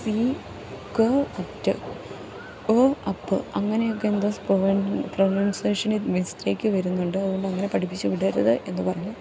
C ക് at ഒ up അങ്ങനെയൊക്കെ എന്തോ പ്രൊനൗൺസേഷനില് മിസ്റ്റേക്ക് വരുന്നുണ്ട് അതുകൊണ്ട് അങ്ങനെ പഠിപ്പിച്ച് വിടരുത് എന്ന് പറഞ്ഞു